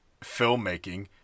filmmaking